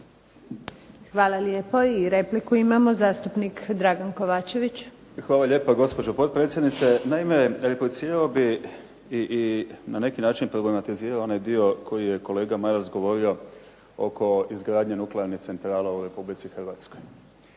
Hvala lijepo. I repliku imamo, zastupnik Dragan Kovačević. **Kovačević, Dragan (HDZ)** Hvala lijepa gospođo potpredsjednice. Naime, replicirao bih i na neki način problematizirao onaj dio koji je kolega Maras govorio oko izgradnje nuklearne centrale u Republici Hrvatskoj.